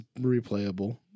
replayable